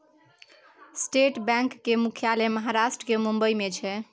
state bank केर मुख्यालय महाराष्ट्र केर मुंबई मे छै